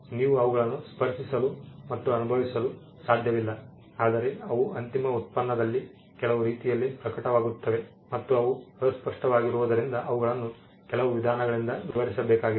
ನೀವು ಅವುಗಳನ್ನು ಸ್ಪರ್ಶಿಸಲು ಮತ್ತು ಅನುಭವಿಸಲು ಸಾಧ್ಯವಿಲ್ಲ ಆದರೆ ಅವು ಅಂತಿಮ ಉತ್ಪನ್ನದಲ್ಲಿ ಕೆಲವು ರೀತಿಯಲ್ಲಿ ಪ್ರಕಟವಾಗುತ್ತವೆ ಮತ್ತು ಅವು ಅಸ್ಪಷ್ಟವಾಗಿರುವುದರಿಂದ ಅವುಗಳನ್ನು ಕೆಲವು ವಿಧಾನಗಳಿಂದ ವಿವರಿಸಬೇಕಾಗಿದೆ